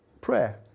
prayer